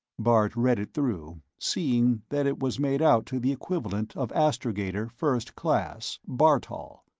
bart read it through, seeing that it was made out to the equivalent of astrogator, first class, bartol.